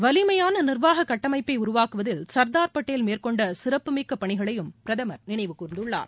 வலிமையான நிர்வாக கட்டமைப்பை உருவாக்குவதில் சர்தார் பட்டேல் மேற்கொண்ட சிறப்புமிக்க பணிகளையும் பிரதமர் நினைவு கூர்ந்துள்ளார்